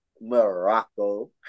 Morocco